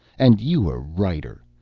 and you a writer.